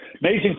Amazing